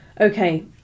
Okay